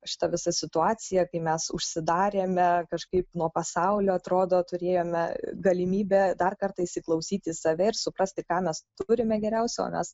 šita visa situacija kai mes užsidarėme kažkaip nuo pasaulio atrodo turėjome galimybę dar kartą įsiklausyti į save ir suprasti ką mes turime geriausio o mes